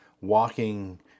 walking